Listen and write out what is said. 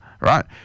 right